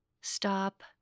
stop